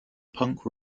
punk